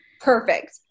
Perfect